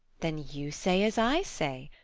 then you say as i say,